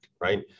right